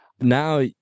now